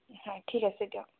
হয় ঠিক আছে দিয়ক